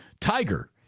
Tiger